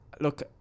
look